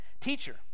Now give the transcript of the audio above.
Teacher